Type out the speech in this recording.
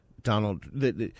Donald –